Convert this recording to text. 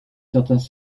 certains